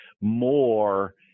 more